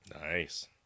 Nice